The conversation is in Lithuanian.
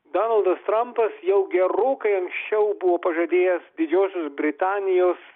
donaldas trampas jau gerokai anksčiau buvo pažadėjęs didžiosios britanijos